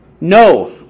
No